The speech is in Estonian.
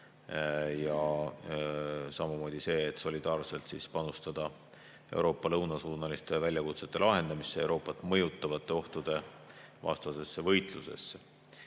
ja samamoodi see, et solidaarselt panustada Euroopa lõunasuunaliste väljakutsete lahendamisse ja Euroopat mõjutavate ohtude vastasesse võitlusesse.